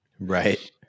Right